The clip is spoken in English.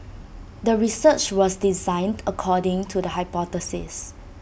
the research was designed according to the hypothesis